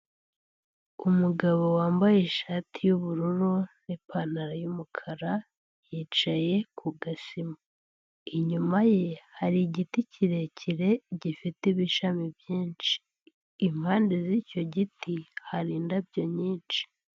Umugabo wambaye ishati y'ubururu n'ipantaro y'umukara yicaye ku gasima, inyuma ye hari igiti kirekire gifite ibishami byinshi, impande z'icyo giti hari indabyo nyinshi.